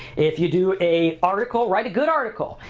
if you do a article, write a good article.